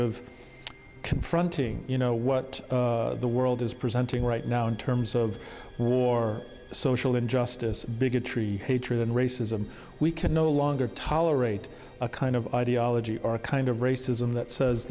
of confronting you know what the world is presenting right now in terms of war social injustice bigotry hatred and racism we can no longer tolerate a kind of ideology or a kind of racism that says